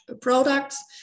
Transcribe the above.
products